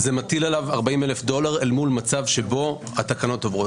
זה מטיל עליו 40 אלף דולר אל מול מצב שבו התקנות עוברות,